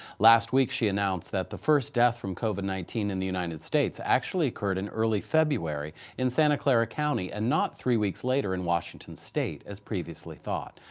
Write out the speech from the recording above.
last week, she announced that the first death from covid nineteen in the united states actually occurred in early february in santa clara county and not three weeks later in washington state as previously thought.